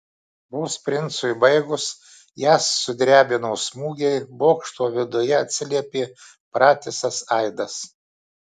vos princui baigus jas sudrebino smūgiai bokšto viduje atsiliepė pratisas aidas